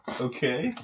Okay